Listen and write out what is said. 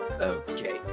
Okay